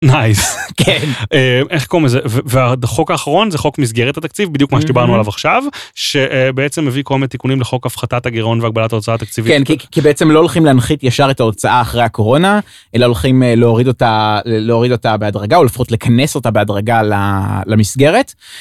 איך קוראים לזה והחוק האחרון זה חוק מסגרת התקציב בדיוק מה שדיברנו עליו עכשיו שבעצם מביא כל מיני תיקונים לחוק הפחתת הגרעון והגבלת ההוצאה תקציבית כי בעצם לא הולכים להנחית ישר את ההוצאה אחרי הקורונה, אלא הולכים להוריד אותה להוריד אותה בהדרגה או לפחות לכנס אותה בהדרגה למסגרת.